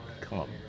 come